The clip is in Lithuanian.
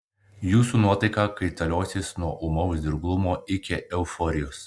jūsų nuotaika kaitaliosis nuo ūmaus dirglumo iki euforijos